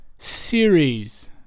Series